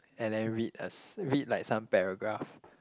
and then read a read like some paragraph